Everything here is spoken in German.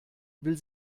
will